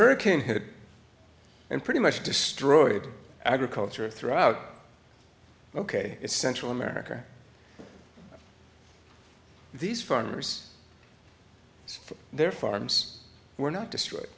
hurricane hit and pretty much destroyed agriculture throughout ok its central america these farmers their farms were not destr